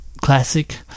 classic